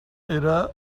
era